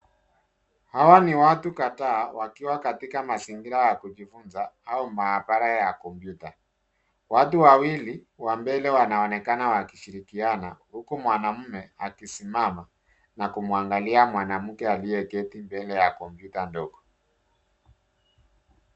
Hawa ni watu kadhaa wakiwa katika mazingira ya kujifunza au maabara ya kompyuta. Watu Wawili wa mbele wanaonekana wakishikiana huku mwanamme akisimama na kumwangalia mwanamke aliyeketi mbele ya kompyuta ndogo.